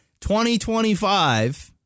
2025